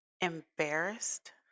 embarrassed